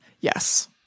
yes